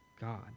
God